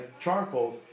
charcoals